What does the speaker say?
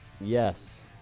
yes